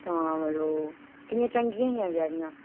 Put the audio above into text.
तां मड़ो किन्नियां चंगियां हियां बचैरियां